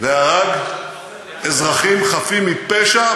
והרג אזרחים חפים מפשע,